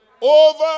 over